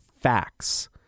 facts